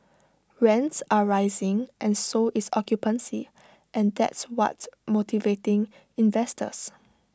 rents are rising and so is occupancy and that's what's motivating investors